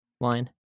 line